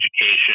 education